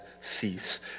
cease